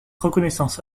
reconnaissance